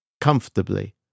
comfortably